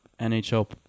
NHL